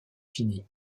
fini